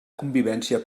convivència